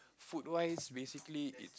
food wise basically it